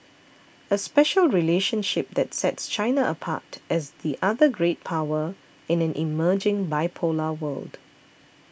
a special relationship that sets China apart as the other great power in an emerging bipolar world